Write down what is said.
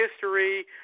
history